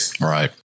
Right